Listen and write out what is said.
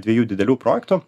dviejų didelių projektų